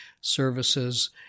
services